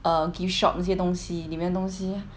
err gift shop 些东西里面东西